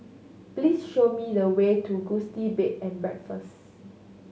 please show me the way to Gusti Bed and Breakfast